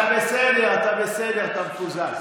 סעיפים 1 62 נתקבלו.